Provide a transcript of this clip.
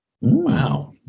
Wow